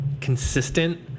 consistent